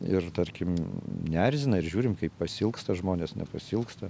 ir tarkim neerzina ir žiūrim kaip pasiilgsta žmonės nepasiilgsta